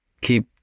keep